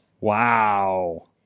Wow